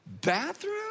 bathroom